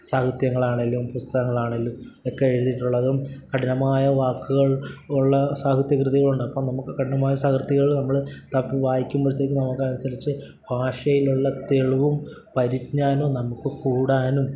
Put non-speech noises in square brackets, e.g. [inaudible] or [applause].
സാഹിത്യങ്ങളാണെങ്കിലും പുസ്തകങ്ങളാണെങ്കിലുമൊക്കെ എഴുതിയിട്ടുള്ളതും കഠിനമായ വാക്കുകൾ ഉള്ള സാഹിത്യ കൃതികളുണ്ട് അപ്പം നമുക്ക് കഠിനമായ [unintelligible] നമ്മൾ വായിക്കുമ്പോഴത്തേക്കും നമുക്ക് അതനുസരിച്ച് ഭാഷയിലുള്ള തെളിവും പരിജ്ഞാനവും നമുക്ക് കൂടാനും